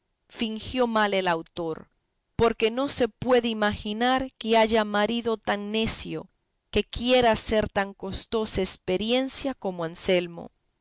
fingió mal el autor porque no se puede imaginar que haya marido tan necio que quiera hacer tan costosa experiencia como anselmo